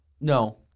No